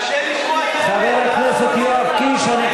שידבר על ההתנחלויות ולא